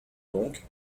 donc